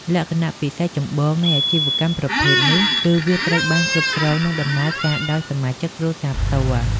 លក្ខណៈពិសេសចម្បងនៃអាជីវកម្មប្រភេទនេះគឺវាត្រូវបាន គ្រប់គ្រងនិងដំណើរការដោយសមាជិកគ្រួសារផ្ទាល់។